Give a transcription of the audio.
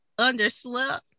underslept